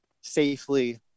safely